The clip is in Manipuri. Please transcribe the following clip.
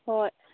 ꯍꯣꯏ